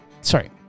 Sorry